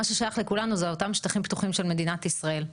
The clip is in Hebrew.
מה ששייך לכולנו זה אותם שטחים פתוחים של מדינת ישראל.